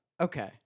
Okay